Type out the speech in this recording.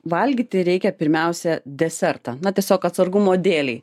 valgyti reikia pirmiausia desertą na tiesiog atsargumo dėlei